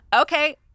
Okay